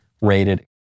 rated